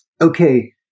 okay